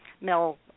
Mel